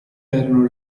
erano